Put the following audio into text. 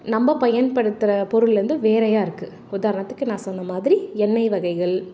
நம்ம பயன்படுத்துகிற பொருள் வந்து வேறையாக இருக்குது உதாரணத்துக்கு நான் சொன்ன மாதிரி எண்ணெய் வகைகள்